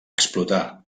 explotar